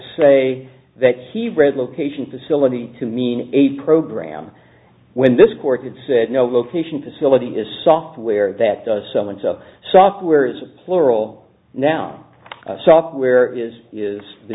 say that he read location facility to mean a program when this court had said no location facility is software that does so much of software is a plural noun software is is the